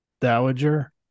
Dowager